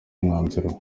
umwanzuro